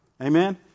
Amen